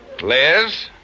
Liz